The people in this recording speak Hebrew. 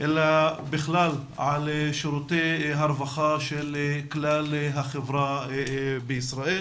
אלא בכלל על שירותי הרווחה של כלל החברה בישראל